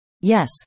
yes